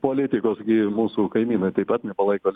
politikos gi mūsų kaimynai taip pat nepalaiko